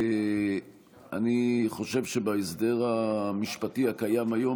אני חושב שבהסדר המשפטי הקיים היום,